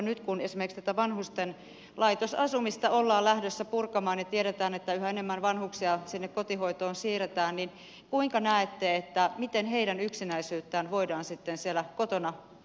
nyt kun esimerkiksi vanhusten laitosasumista ollaan lähdössä purkamaan ja tiedetään että yhä enemmän vanhuksia kotihoitoon siirretään kuinka näette miten heidän yksinäisyyttään voidaan sitten siellä kotona helpottaa